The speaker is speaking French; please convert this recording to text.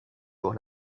pour